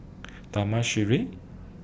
Taman Sireh